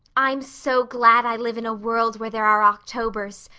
i'm so glad i live in a world where there are octobers.